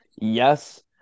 Yes